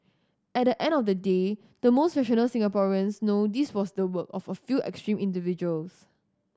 at the end of the day the most rational Singaporeans know this was the work of a few extreme individuals